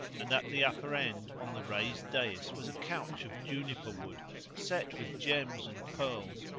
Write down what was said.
and at the upper end on the raised dais was a couch of juniper wood set with gems and pearls,